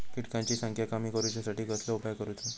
किटकांची संख्या कमी करुच्यासाठी कसलो उपाय करूचो?